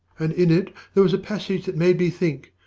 and in it there was a passage that made me think